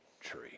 tree